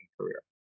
career